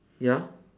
ya